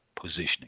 positioning